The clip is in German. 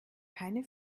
keine